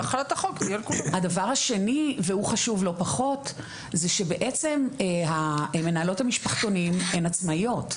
הדבר השני והוא חשוב לא פחות זה שבעצם מנהלות המשפחתונים הן עצמאיות.